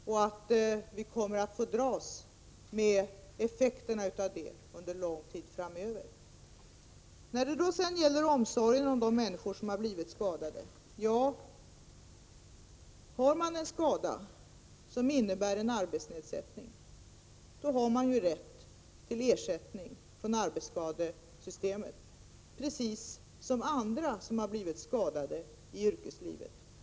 Vi kommer således att få dras med effekterna av det under lång tid framöver. Sedan något om omsorgen om de människor som har blivit skadade. Om man har en skada som innebär en nedsättning av arbetsförmågan, har man ju rätt till ersättning — det är då arbetsskadesystemet som gäller — precis som andra som har blivit skadade i yrkeslivet.